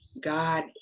God